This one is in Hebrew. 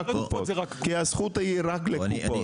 רק הקופות כי הזכות היא רק לקופות.